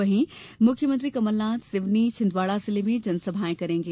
वहीं मुख्यमंत्री कमलनाथ सिवनी छिन्दवाड़ा जिले में जनसभाएं करेंगे